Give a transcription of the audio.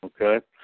Okay